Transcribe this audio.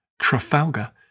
trafalgar